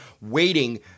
waiting